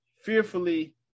fearfully